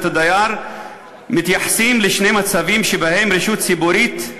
הדייר מתייחסים לשני מצבים שבהם רשות ציבורית,